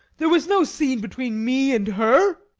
there was no scene between me and her.